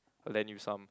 I lend you some